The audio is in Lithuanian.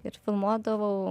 ir filmuodavau